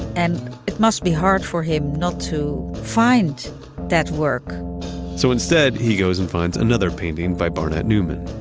and it must be hard for him not to find that work so instead, he goes and finds another painting by barnett newman,